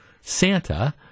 Santa